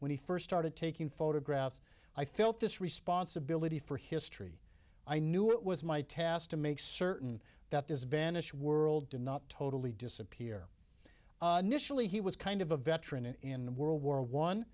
when he first started taking photographs i felt this responsibility for history i knew it was my task to make certain that this vanished world did not totally disappear nish really he was kind of a veteran in world war one